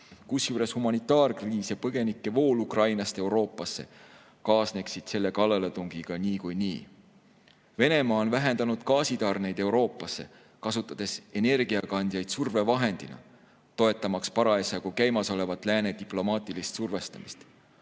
kusjuures humanitaarkriis ja põgenikevool Ukrainast [mujale] Euroopasse kaasneksid selle kallaletungiga niikuinii. Venemaa on vähendanud gaasitarneid Euroopasse, kasutades energiakandjaid survevahendina, toetamaks parasjagu käimasolevat lääne diplomaatilist survestamist.